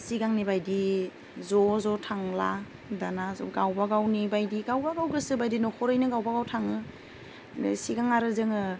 सिगांन बायदि ज' ज' थांला दानिया गावबागावनि बायदि गावबागाव गोसोबायदि न'खरैनो गावबागाव थाङो सिगां आरो जोङो